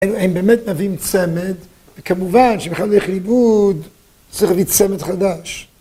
הם באמת מביאים צמד, וכמובן, שאם אחד הולך לאיבוד צריך להביא צמד חדש.